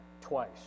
twice